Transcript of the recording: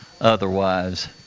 otherwise